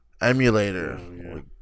Emulator